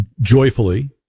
joyfully